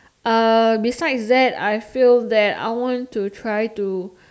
uh besides that I feel that I want to try to